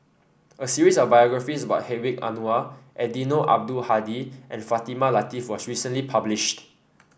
a series of biographies about Hedwig Anuar Eddino Abdul Hadi and Fatimah Lateef was recently published